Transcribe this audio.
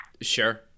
Sure